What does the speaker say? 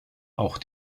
auch